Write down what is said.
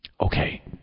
Okay